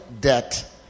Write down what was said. debt